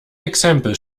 exempel